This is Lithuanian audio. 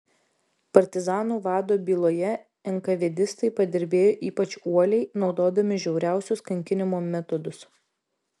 partizanų vado byloje enkavėdistai padirbėjo ypač uoliai naudodami žiauriausius kankinimo metodus